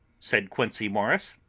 said quincey morris.